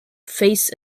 face